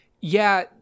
yeah-